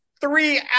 three